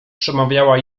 przemawiała